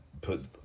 put